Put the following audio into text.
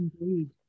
Indeed